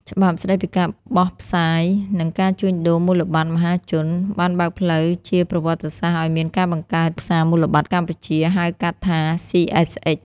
ច្បាប់ស្ដីពីការបោះផ្សាយ និងការជួញដូរមូលបត្រមហាជន បានបើកផ្លូវជាប្រវត្តិសាស្ត្រឱ្យមានការបង្កើត "ផ្សារមូលបត្រកម្ពុជា" (ហៅកាត់ថា CSX)។